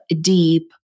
deep